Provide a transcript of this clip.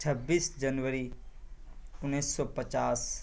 چھبیس جنوری انیس سو پچاس